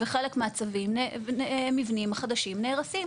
וחלק מהמבנים החדשים נהרסים,